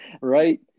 Right